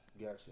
Gotcha